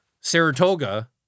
Saratoga